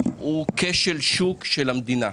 הוא כשל שוק של המדינה.